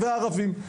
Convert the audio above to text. והערבים.